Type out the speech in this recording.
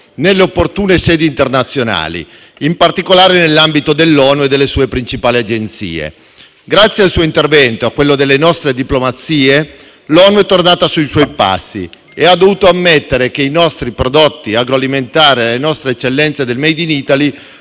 nelle opportune sedi internazionali, in particolare nell'ambito dell'ONU e delle sue principali agenzie. Grazie al suo intervento e a quello delle nostre diplomazie, l'ONU è tornata sui suoi passi e ha dovuto ammettere che i nostri prodotti agroalimentari e le nostre eccellenze del *made in Italy*